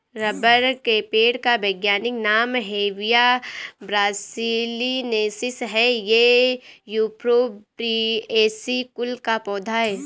rubber के पेड़ का वैज्ञानिक नाम हेविया ब्रासिलिनेसिस है ये युफोर्बिएसी कुल का पौधा है